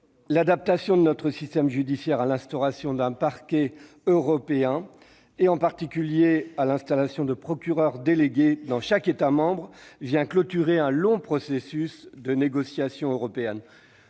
L'adaptation de notre système judiciaire à l'instauration d'un Parquet européen, en particulier à l'installation de procureurs délégués dans chaque État membre, vient clore un long processus de négociations européennes.